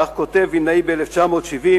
כך כותב וילנאי ב-1970,